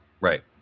Right